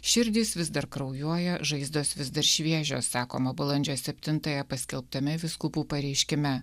širdys vis dar kraujuoja žaizdos vis dar šviežios sakoma balandžio septintąją paskelbtame vyskupų pareiškime